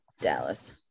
Dallas